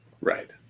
Right